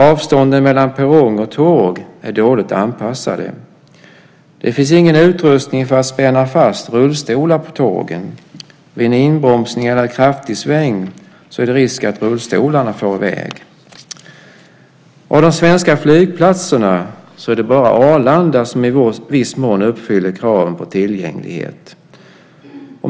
Avstånden mellan perrong och tåg är dåligt anpassade. Det finns ingen utrustning för att spänna fast rullstolar på tågen. Vid en inbromsning eller kraftig sväng är det risk att rullstolarna far i väg. Av de svenska flygplatserna är det bara Arlanda som i viss mån uppfyller kraven på tillgänglighet.